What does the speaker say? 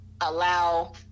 allow